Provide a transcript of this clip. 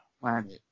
planet